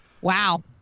Wow